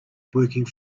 working